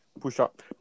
push-up